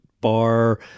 bar